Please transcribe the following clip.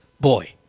boy